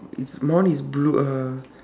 it's my one is blue uh